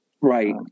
Right